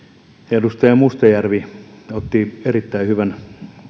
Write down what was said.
edustaja mustajärvi otti erittäin hyvän